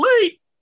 late